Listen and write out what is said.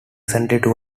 tourism